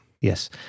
Yes